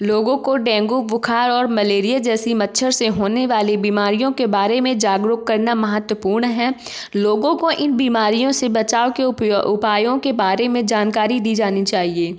लोगों को डेंगू बुखार और मलेरिये जैसी मच्छर से होने वाली बीमारियों के बारे में जागरूक करना महत्वपूर्ण है लोगों को इन बीमारियों से बचाव के उप उपायों के बारे में जानकारी दी जानी चाहिए